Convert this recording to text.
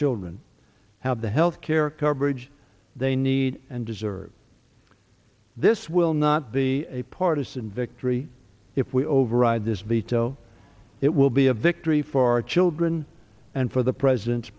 children have the health care coverage they need and deserve this will not be a partisan victory if we override this veto it will be a victory for our children and for the president